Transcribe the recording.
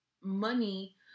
money